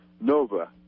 Nova